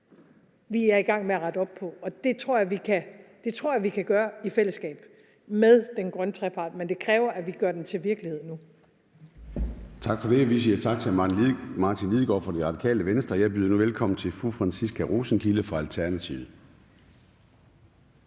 vi er i gang med at rette op på. Og det tror jeg vi kan gøre i fællesskab med den grønne trepart, men det kræver, at vi gør den til virkelighed nu. Kl. 13:52 Formanden (Søren Gade): Tak for det. Vi siger tak til hr. Martin Lidegaard fra Radikale Venstre. Jeg byder nu velkommen til fru Franciska Rosenkilde fra Alternativet.